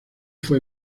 fue